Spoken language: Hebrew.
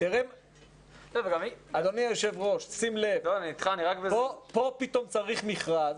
אדוני היושב-ראש, שים לב, פה פתאום צריך מכרז?